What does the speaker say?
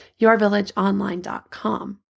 yourvillageonline.com